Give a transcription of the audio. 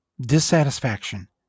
dissatisfaction